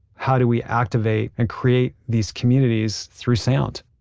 how do we activate and create these communities through sound?